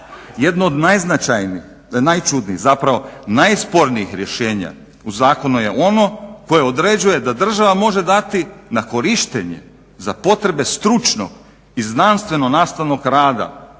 Jedno od najčudnijih, zapravo najspornijih rješenja u zakonu je ono koje određuje da država može dati na korištenje za potrebe stručnog i znanstveno-nastavnog rada,